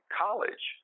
college